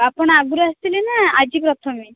ଆପଣ ଆଗରୁ ଆସିଥିଲେ ନା ଆଜି ପ୍ରଥମେ